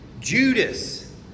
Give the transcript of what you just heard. Judas